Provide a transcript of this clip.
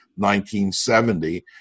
1970